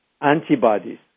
antibodies